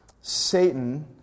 Satan